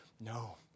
no